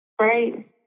Right